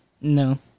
No